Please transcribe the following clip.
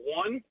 one